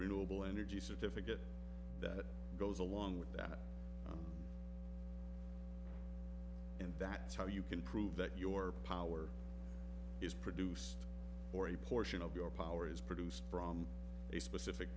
renewable energy certificate that goes along with that and that's how you can prove that your power is produced or a portion of your power is produced from a specific